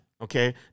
Okay